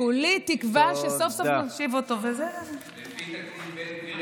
כולי תקווה שסוף-סוף נושיב אותו לפי תקדים בן גביר,